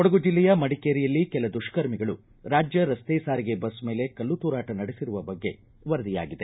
ಕೊಡಗು ಜಿಲ್ಲೆಯ ಮಡಿಕೇರಿಯಲ್ಲಿ ಕೆಲ ದುಷ್ಕರ್ಮಿಗಳು ರಾಜ್ಯ ರಸ್ತೆ ಸಾರಿಗೆ ಬಸ್ ಮೇಲೆ ಕಲ್ಲು ತೂರಾಟ ನಡೆಸಿರುವ ಬಗ್ಗೆ ವರದಿಯಾಗಿದೆ